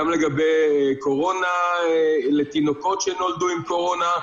גם לגבי קורונה לתינוקות שנולדו עם קורונה,